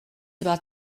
about